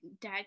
dad